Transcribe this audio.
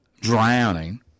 drowning